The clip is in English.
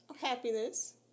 happiness